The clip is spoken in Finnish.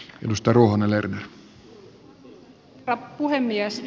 arvoisa herra puhemies